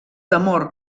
temor